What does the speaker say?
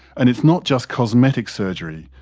and it's not just cosmetic surgery,